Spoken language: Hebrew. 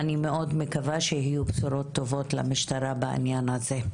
אני מאוד מקווה שיהיו בשורות טובות למשטרה בעניין הזה.